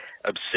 obsessed